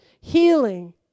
healing